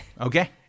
Okay